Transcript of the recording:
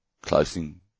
Closing